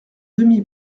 demi